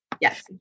Yes